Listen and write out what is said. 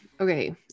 okay